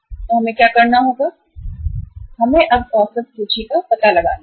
तो हम क्या करना होगा हम अब औसत सूची का पता लगाना होगा